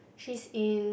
she's in